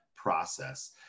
process